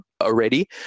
already